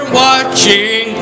watching